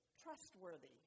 trustworthy